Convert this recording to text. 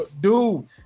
dude